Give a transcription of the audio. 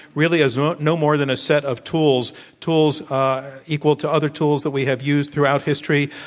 really, as no no more than a set of tools tools equal to other tools that we have used throughout history.